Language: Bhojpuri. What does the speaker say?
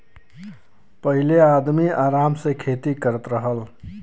पहिले आदमी आराम से खेती करत रहल